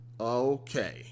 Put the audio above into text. okay